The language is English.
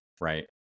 Right